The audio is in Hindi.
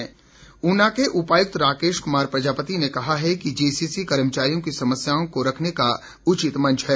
बैठक ऊना के उपायुक्त राकेश कुमार प्रजापति ने कहा है कि जेसीसी कर्मचारियों की समस्याओं को रखने का उचित मंच है